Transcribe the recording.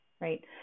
right